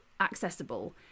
accessible